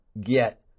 get